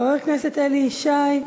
חבר הכנסת אלי ישי,